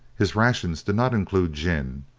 his rations did not include gin,